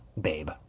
Babe